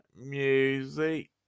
music